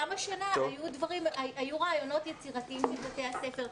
גם השנה היו רעיונות יצירתיים בבתי הספר.